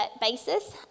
basis